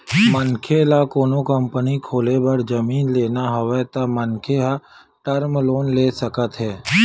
मनखे ल कोनो कंपनी खोले बर जमीन लेना हवय त मनखे ह टर्म लोन ले सकत हे